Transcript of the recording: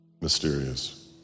mysterious